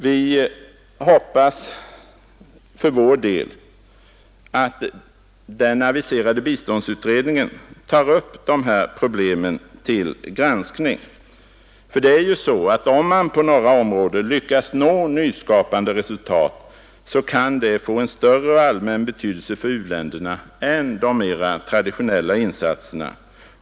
Vi hoppas för vår del att den aviserade biståndsutredningen tar upp de här problemen till granskning, för det är ju så att om man på några områden lyckas nå nyskapande resultat kan detta få en större och allmännare betydelse för u-länderna än de mera traditionella insatserna.